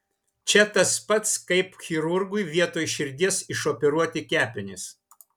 čia tas pats kaip chirurgui vietoj širdies išoperuoti kepenis